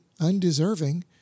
undeserving